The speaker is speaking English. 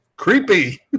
Creepy